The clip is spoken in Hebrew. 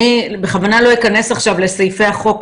אני בכוונה לא אכנס עכשיו לסעיפי החוק,